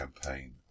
campaign